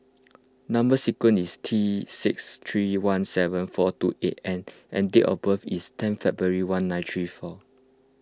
Number Sequence is T six three one seven four two eight N and date of birth is ten February one nine three four